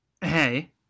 hey